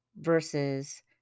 versus